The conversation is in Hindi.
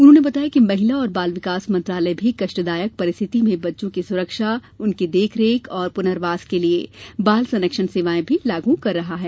उन्होंने बताया कि महिला और बाल विकास मंत्रालय भी कष्टदायक परिस्थिति में बच्चों की सुरक्षा उनकी देखरेख और पुनर्वास के लिए बाल संरक्षण सेवाएं भी लागू कर रहा है